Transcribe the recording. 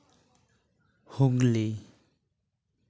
Hooghly